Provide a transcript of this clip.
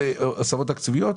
עת יש לנו דיון על העברות תקציביות,